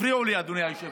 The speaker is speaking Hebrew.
הפריעו לי, אדוני היושב-ראש.